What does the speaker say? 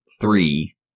three